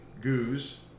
Goose